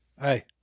Hey